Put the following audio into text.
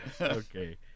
Okay